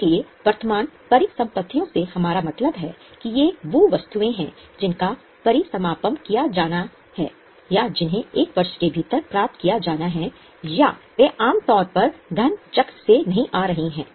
इसलिए वर्तमान परिसंपत्तियों से हमारा मतलब है कि ये वो वस्तुएं हैं जिनका परिसमापन किया जाना है या जिन्हें 1 वर्ष के भीतर प्राप्त किया जाना है या वे आम तौर पर धन चक्र से नहीं आ रही हैं